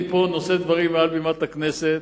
אני נושא דברים מעל בימת הכנסת,